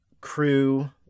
crew